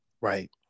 Right